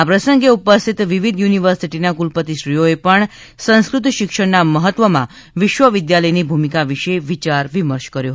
આ પ્રસંગે ઉપસ્થિત વિવિધ યુનિવર્સિટીના કુલપતિશ્રીઓએ પણ સંસ્કૃત શિક્ષણના મહત્વમાં વિશ્વવિદ્યાલયની ભૂમિકા વિશે વિચાર વિમર્શ કર્યો